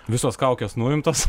visos kaukės nuimtos